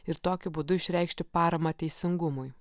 ir tokiu būdu išreikšti paramą teisingumui